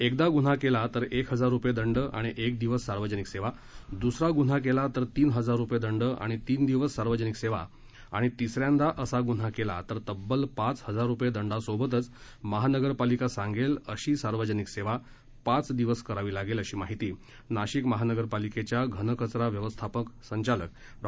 एकदा गुन्हा केला तर एक हजार रुपये दंड आणि एक दिवस सार्वजनिक सेवा दुसरा गुन्हा केला तर तीन हजार रुपये दंड आणि तीन दिवस सार्वजनिक सेवा आणि तिसऱ्यांदा असा गुन्हा केल्यास तब्बल पाच हजार रुपये दंडासोबतच महानगरपालिका सांगेल अशी सार्वजनिक सेवा पाच दिवस करावी लागेल अशी माहिती नाशिक महानगरपालिकेच्या घनकचरा व्यवस्थापन संचालक डॉ